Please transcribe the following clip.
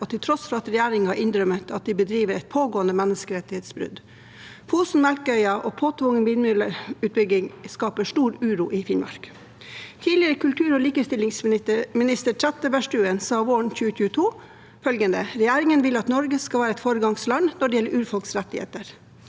og til tross for at regjeringen innrømmet at de bedriver et pågående menneskerettighetsbrudd. Fosen, Melkøya og påtvungen vindmølleutbygging skaper stor uro i Finnmark. Tidligere kultur- og likestillingsminister Trettebergstuen sa våren 2022 at regjeringen vil at Norge skal være et foregangsland når det gjelder urfolks rettigheter.